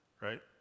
Right